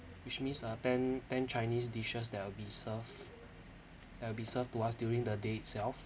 which means uh ten ten chinese dishes that will be served that will be served to us during the day itself